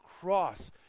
cross